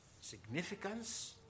significance